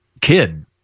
kid